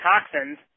toxins